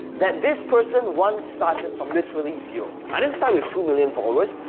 that this person once started from literally zero. i didn't start with two million followers.